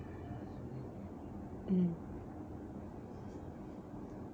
mm